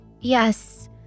Yes